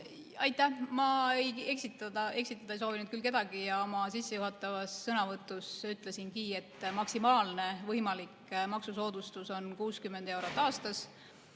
Aitäh! Ma eksitada ei soovinud küll kedagi. Oma sissejuhatavas sõnavõtus ütlesingi, et maksimaalne võimalik maksusoodustus on 60 eurot aastas.